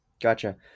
gotcha